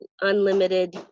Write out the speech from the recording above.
unlimited